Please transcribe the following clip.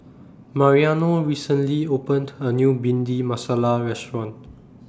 Mariano recently opened A New Bhindi Masala Restaurant